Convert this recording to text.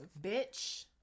Bitch